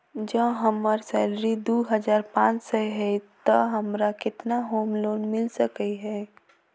जँ हम्मर सैलरी दु हजार पांच सै हएत तऽ हमरा केतना होम लोन मिल सकै है?